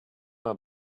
out